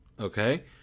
Okay